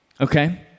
Okay